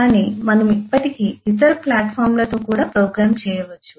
కానీ మనము ఇప్పటికీ ఇతర ప్లాట్ఫారమ్లతో కూడా ప్రోగ్రామ్ చేయవచ్చు